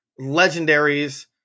legendaries